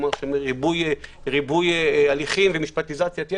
ריבוי הליכים ומשפטיזציית יתר.